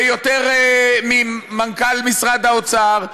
יותר ממנכ"ל משרד האוצר,